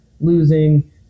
losing